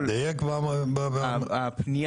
הכול תלוי,